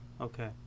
Okay